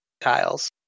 tiles